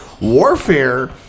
warfare